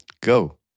Go